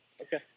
Okay